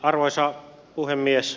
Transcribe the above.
arvoisa puhemies